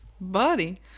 Buddy